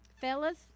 Fellas